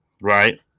right